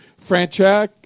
Franchak